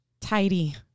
tidy